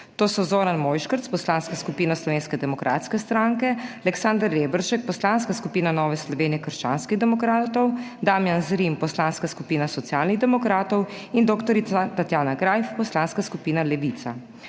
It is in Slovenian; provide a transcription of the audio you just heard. To so Zoran Mojškerc, Poslanska skupina Slovenske demokratske stranke, Aleksander Reberšek, Poslanska skupina Nova Slovenija – krščanski demokrati, Damijan Zrim, Poslanska skupina Socialnih demokratov, in dr. Tatjana Greif, Poslanska skupina Levica.